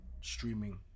streaming